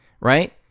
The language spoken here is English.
right